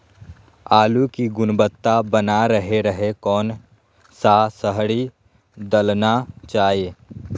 आलू की गुनबता बना रहे रहे कौन सा शहरी दलना चाये?